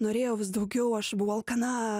norėjau vis daugiau aš buvau alkana